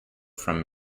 from